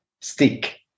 stick